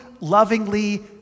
lovingly